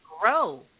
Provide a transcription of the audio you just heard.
grow